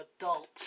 adult